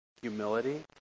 humility